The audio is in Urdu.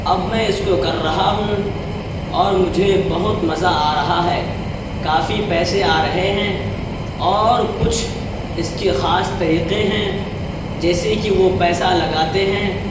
اب میں اس کو کر رہا ہوں اور مجھے بہت مزہ آ رہا ہے کافی پیسے آ رہے ہیں اور کچھ اس کے خاص طریقے ہیں جیسے کہ وہ پیسہ لگاتے ہیں